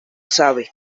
sabe